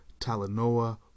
Talanoa